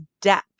depth